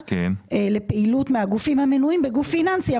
לפעילות מהגופים המנויים בגוף פיננסי",